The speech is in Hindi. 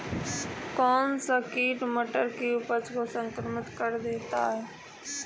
कौन सा कीट मटर की उपज को संक्रमित कर देता है?